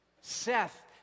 Seth